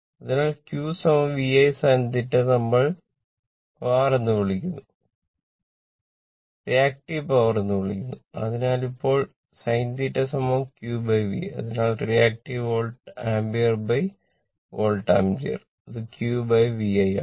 അതിനാൽ Q VI sin θ നമ്മൾ VAr എന്ന് വിളിക്കുന്നു റിയാക്ടീവ് പവർ വോൾട്ട് ആമ്പിയർ അത് QVI ആണ്